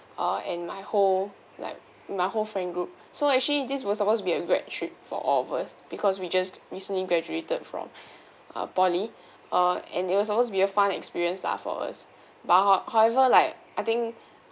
uh and my whole like my whole friend group so actually this was supposed to be a grad trip for all of us because we just recently graduated from uh poly uh and it was supposed to be a fun experience lah for us but how~ however like I think